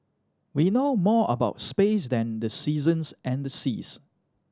we know more about space than the seasons and the seas